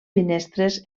finestres